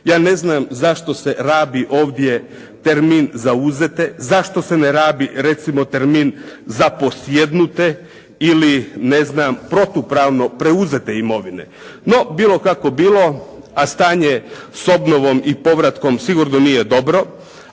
Ja ne znam zašto se rabi ovdje termin zauzete? Zašto se ne rabi recimo termin zaposjednute ili protupravno preuzete imovine. No, bilo kako bilo, a stanje s obnovom o povratkom sigurno nije dobro,